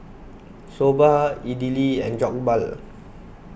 Soba Idili and Jokbal